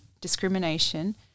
discrimination